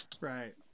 Right